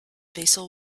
vessel